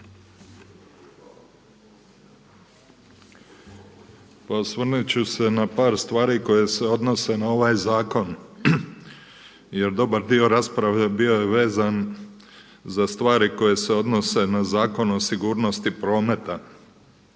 osvrnuti ću se na par stvari koje se odnose na ovaj zakon jer dobar dio rasprave bio je vezan za stvari koje se odnose na Zakon o sigurnosti prometa.